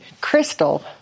Crystal